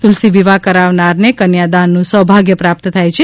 તુલસી વિવાહ કરાવનારને કન્યાદાનનું સૌભાગ્ય પ્રાપ્ત થાય છે